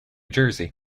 jersey